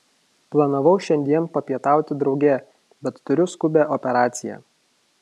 planavau šiandien papietauti drauge bet turiu skubią operaciją